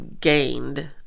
gained